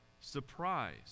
surprise